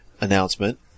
announcement